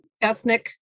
ethnic